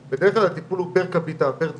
בדרך כלל הטיפול הוא פר קפיטה, פר תיק.